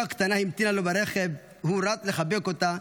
אחותו הקטנה המתינה לו ברכב, והוא רץ לחבק אותה,